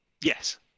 Yes